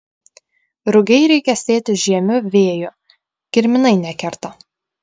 rugiai reikia sėti žiemiu vėju kirminai nekerta